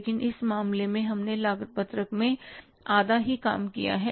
लेकिन इस मामले में हमने लागत पत्रक में आधा ही काम किया है